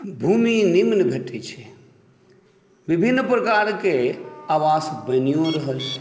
भूमि निम्न भेटै छै विभिन्न प्रकारके आवास बनियो रहल यऽ